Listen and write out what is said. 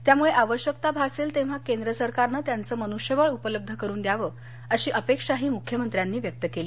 त्यामुळे आवश्यकता भासेल तेव्हा केंद्र सरकारनं त्यांचं मनुष्यबळ उपलब्ध करून द्यावं अशी अपेक्षाही मुख्यमंत्र्यांनी व्यक्त केली